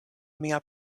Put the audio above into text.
mia